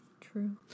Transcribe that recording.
True